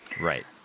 Right